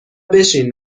بشین